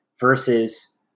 Versus